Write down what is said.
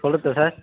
சொல்லட்டா சார்